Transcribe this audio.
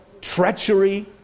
treachery